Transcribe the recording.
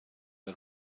del